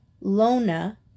Lona